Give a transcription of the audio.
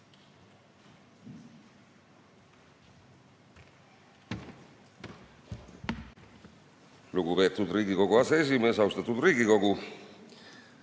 Lugupeetud Riigikogu aseesimees! Austatud Riigikogu!